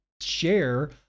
share